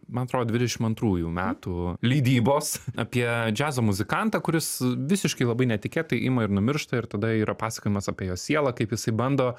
man atrodo dvidešim antrųjų metų leidybos apie džiazo muzikantą kuris visiškai labai netikėtai ima ir numiršta ir tada yra pasakojimas apie jo sielą kaip jisai bando